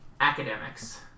academics